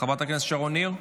חברת הכנסת שרון ניר,